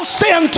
sin